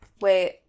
wait